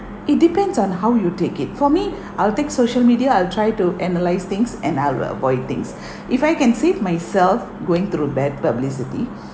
it depends on how you take it for me I'll take social media I'll try to analyse things and I will avoid things if I can save myself going through bad publicity